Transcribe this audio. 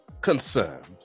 Concerned